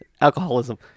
Alcoholism